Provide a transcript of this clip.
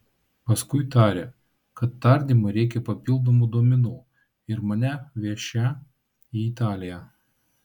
paskui tarė kad tardymui reikią papildomų duomenų ir mane vešią į italiją